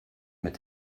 mit